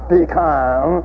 become